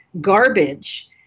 garbage